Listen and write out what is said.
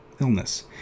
illness